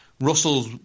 Russell